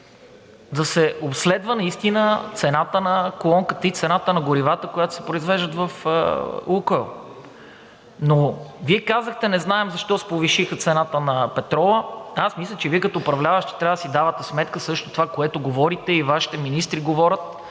да се обследва наистина цената на колонката и цената на горивата, които се произвеждат в „Лукойл“. Вие казахте – не знаем защо се повиши цената на петрола, а аз мисля, че Вие като управляващи трябва да си давате сметка за това, което говорите и Вашите министри говорят,